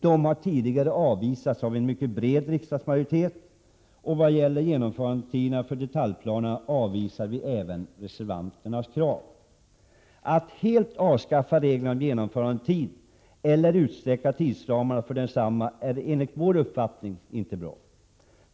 De har tidigare avvisats av en mycket bred riksdagsmajoritet. Även när det gäller genomförandetiderna för detaljplanerna avvisar vi reservanternas krav. Att helt avskaffa reglerna om genomförandetid eller att utsträcka tidsramarna är enligt vår uppfattning inte bra.